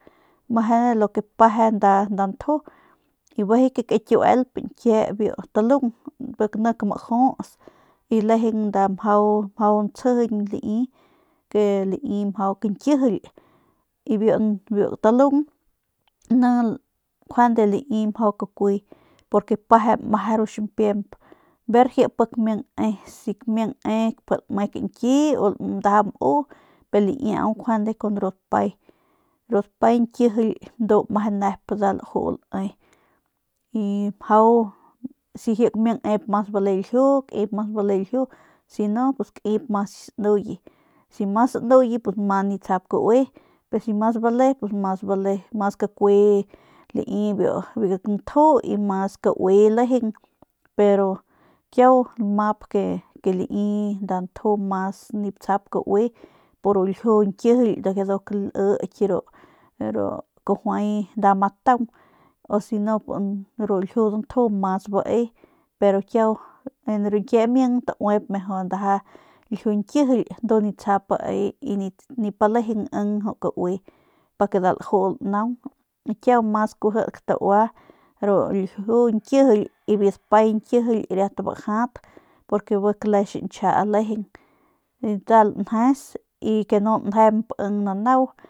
Meje lo ke peje nda nju y bijiy kakiuelp biu ñkie biu talung pik nik majuts y lejeng nda mjau ntsjijiñ lai ke lai mjau kañkijily y biu talung ni njuande lai mjau kakuy porque peje meje ru ximpiemp ver pik ji kamiang ne si ji kamiang ne lame kañki u ndaja mu y laiau njuande kun dapay ru dapay nkijily ndu meje nep nda laju lae y mjau si ji kamiang nep mas bale ljiu kaip mas bale si no kaip mas ki sanuye si mas sanuye pus mas nip tsjap kaue si mas bale mas bale mas kakui lai biu nju y mas kaui lejeng pero kiau lamap ke lai nda nju mas nip tsjap kaue por ru ljiu nkijily pur ru lyki ru kajuay nda ma taung u si no ru ljiu danju mas bae pero kiau en biu ñkie ming tauip mejor ndaja ljiu ñkijily ndu nip tsjap bae y nip alejeng imp kaue pa ke nda laju lanaung kiu mas kujidk taua ru ljiu ñkijily y ru dapay ñkijily riat bajay bi kle xiñchja lejeng nda lanjes y ke nu njemp ing nanau.